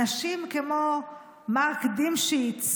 אנשים כמו מארק דימשיץ,